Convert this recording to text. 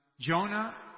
Jonah